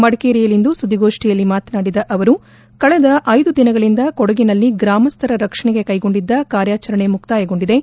ಮಡಿಕೇರಿಯಲ್ಲಿಂದು ಸುದ್ದಿಗೋಷ್ಠಿಯಲ್ಲಿ ಮಾತನಾಡಿದ ಅವರು ಕಳೆದ ಐದು ದಿನಗಳಿಂದ ಕೊಡಗಿನಲ್ಲಿ ಗ್ರಾಮಸ್ಥರ ರಕ್ಷಣಿಗೆ ಕೈಗೊಂಡಿದ್ದ ಕಾರ್ಯಾಚರಣೆ ಮುಕ್ತಾಯಗೊಂಡಿದ್ದು